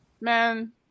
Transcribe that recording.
man